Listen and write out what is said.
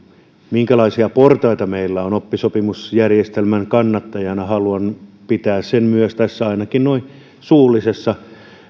minkälaisia portaita meillä on oppisopimusjärjestelmän kannattajana haluan pitää sen myös tässä ainakin noin suullisessa